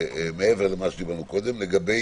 מעבר למה שדיברנו קודם לגבי